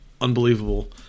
unbelievable